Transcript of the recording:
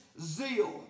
zeal